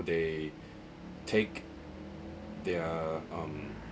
they take their um